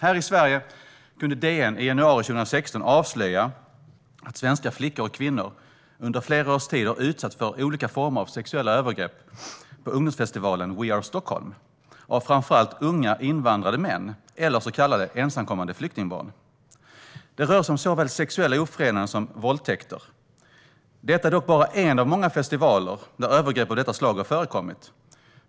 Här i Sverige kunde DN i januari 2016 avslöja att svenska flickor och kvinnor under flera års tid har utsatts för olika former av sexuella övergrepp på ungdomsfestivalen We Are Sthlm av framför allt unga invandrade män eller så kallade ensamkommande flyktingbarn. Det rör sig om såväl sexuella ofredanden som våldtäkter. Detta är dock bara en av många festivaler där övergrepp av detta slag har förekommit.